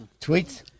Tweets